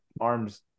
arms